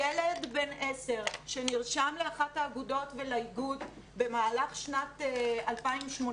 ילד בן עשר שנרשם לאחת האגודות ולאיגוד במהלך שנת 2019,